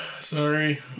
Sorry